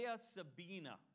Sabina